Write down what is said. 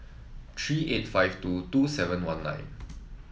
three eight five two two seven one nine